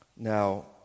Now